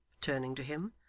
turning to him.